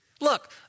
Look